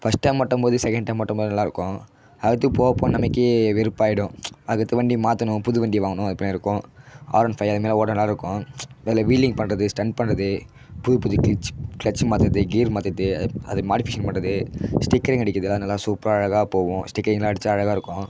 first time ஓட்டும் போது second time ஓட்டும் போது நல்லாயிருக்கும் அடுத்து போக போக நமக்கு வெறுப்பாகிடும் அடுத்த வண்டி மாற்றணும் புது வண்டி வாங்கணும் அப்படின்னு இருக்கும் ஆர்ஒன்ஃபைவ் அதுமாரி ஓட்ட நல்லாயிருக்கும் வேலை வீலிங் பண்ணுறது ஸ்டண்ட் பண்ணுறது புது புது க்ளச் க்ளச் மாற்றுறது கீர் மாற்றுறது அது மாடிஃபிகேஷன் பண்ணுறது ஸ்டிக்கரிங் அடிக்கிறது இதெல்லாம் நல்லா சூப்பராக அழகாக போகும் ஸ்டிக்கரிங்லாம் அடித்தால் அழகாக இருக்கும்